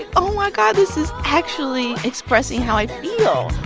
ah oh, my god, this is actually expressing how i feel.